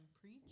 preach